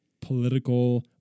political